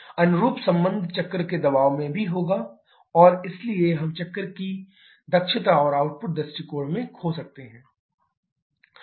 अनुरूप संबंध चक्र के दबाव में भी होगा और इसलिए हम चक्र की दक्षता और आउटपुट दृष्टिकोण में खो सकते हैं